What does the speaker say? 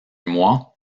mois